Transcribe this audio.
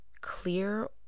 Clear